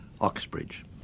Oxbridge